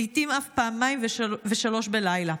ולעיתים אף פעמיים ושלוש בלילה,